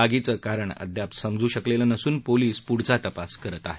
आगीचं कारण अद्याप समजू शकलेलं नसून पोलीस प्ढील तपास करत आहेत